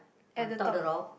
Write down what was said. on top of the rock